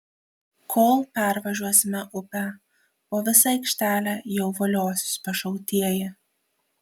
kol pervažiuosime upę po visą aikštelę jau voliosis pašautieji